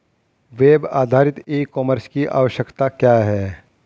Web आधारित e commerce की आवश्यकता क्या है?